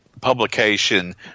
publication